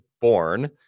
born